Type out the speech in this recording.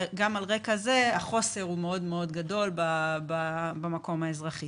גם על רקע הזה החוסר הוא מאוד גדול במקום האזרחי.